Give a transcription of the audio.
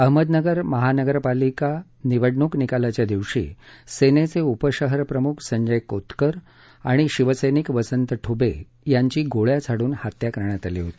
अहमदनगर महानगरपालिका निवडणूक निकालाच्या दिवशी सेनेचे उपशहर प्रमुख संजय कोतकर आणि शिवसैनिक वसंत ठुबे यांची गोळ्या झाडून हत्या करण्यात आली होती